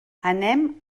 anem